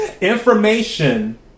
Information